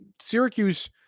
Syracuse